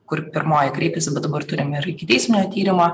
kur pirmoji kreipėsi bet dabar turim ir ikiteisminio tyrimo